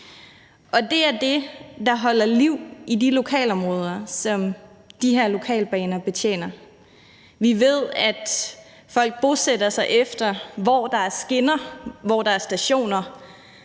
Det er det, der holder liv i de lokalområder, som de her lokalbaner betjener. Vi ved, at folk bosætter sig efter, hvor der er skinner, hvor der er stationer,